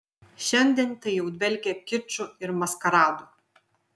šiandien tai jau dvelkia kiču ir maskaradu